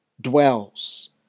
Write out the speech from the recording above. dwells